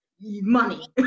money